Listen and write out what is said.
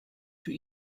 für